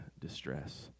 distress